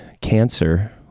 Cancer